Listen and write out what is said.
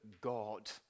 God